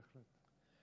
בהחלט.